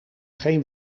geen